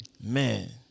Man